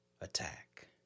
attack